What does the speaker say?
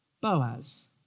Boaz